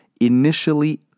initially